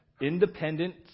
Independent